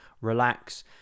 relax